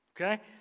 okay